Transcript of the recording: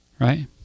Right